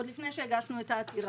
עוד לפני שהגשנו את העתירה.